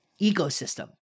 ecosystem